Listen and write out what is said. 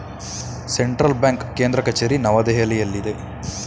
central bank ಕೇಂದ್ರ ಕಚೇರಿ ನವದೆಹಲಿಯಲ್ಲಿದೆ